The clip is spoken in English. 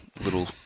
little